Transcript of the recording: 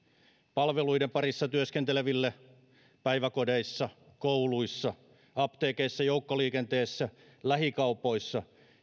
palveluiden parissa työskenteleville päiväkodeissa kouluissa apteekeissa joukkoliikenteessä lähikaupoissa